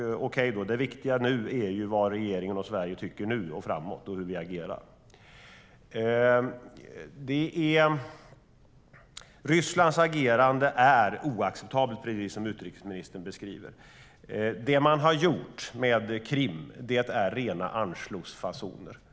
Okej då - det viktiga är vad regeringen och Sverige tycker nu och framöver och hur vi agerar. Rysslands agerande är oacceptabelt, precis som utrikesministern beskriver det. Det man har gjort med Krim är rena Anschluss-fasoner.